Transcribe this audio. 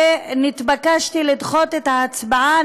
ונתבקשתי לדחות את ההצבעה.